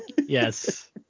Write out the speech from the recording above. Yes